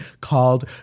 called